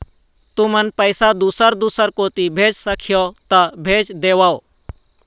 तुमन पैसा दूसर दूसर कोती भेज सखीहो ता भेज देवव?